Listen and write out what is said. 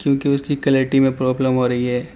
کیونکہ اس کی کلیئرٹی میں پرابلم ہو رہی ہے